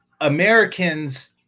Americans